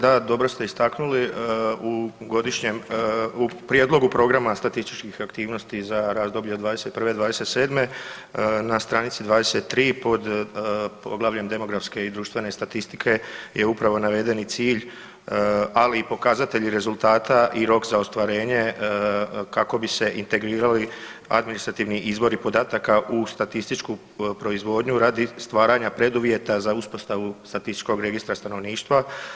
Da, dobro ste istaknuli u godišnjem u prijedlogu programa statističkih aktivnosti za razdoblje od 2021.-2027.na stranici 23 pod poglavljem demografske i društvene statistike je upravo navedeni cilj ali i pokazatelji rezultata i rok za ostvarenje kako bi se integrirali administrativni izvori podataka u statističku proizvodnju radi stvaranja preduvjeta za uspostavu statističkog registra stanovništva.